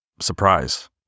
surprise